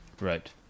Right